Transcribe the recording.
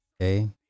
Okay